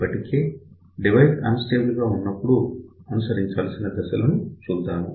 ఇప్పటికి device unstable గా ఉన్నప్పుడు అనుసరించాల్సిన దశలను చూద్దాం